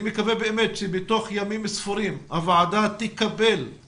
אני מקווה שבתוך ימים ספורים הוועדה תקבל את